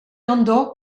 andò